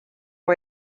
why